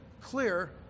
clear